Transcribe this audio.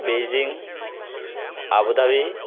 Beijing Abu Dhabi